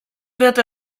wird